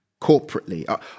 corporately